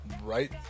Right